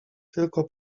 tylko